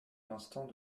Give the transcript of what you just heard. l’instant